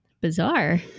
bizarre